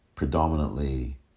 predominantly